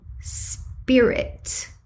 spirit